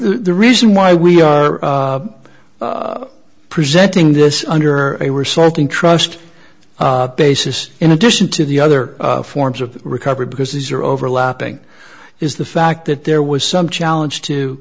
the reason why we are presenting this under a we're sorting trust basis in addition to the other forms of recovery because these are overlapping is the fact that there was some challenge to